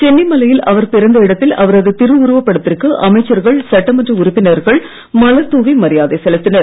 சென்னிமலையில் அவர் பிறந்த இடத்தில் அவரது திருஉருவ படத்திற்கு அமைச்சர்கள் சட்டமன்ற உறுப்பினர்கள் மலர் தூவி மரியாதை செலுத்தினர்